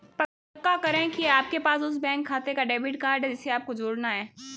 पक्का करें की आपके पास उस बैंक खाते का डेबिट कार्ड है जिसे आपको जोड़ना है